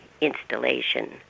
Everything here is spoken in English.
installation